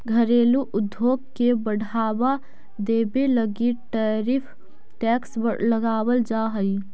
घरेलू उद्योग के बढ़ावा देवे लगी टैरिफ टैक्स लगावाल जा हई